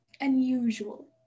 Unusual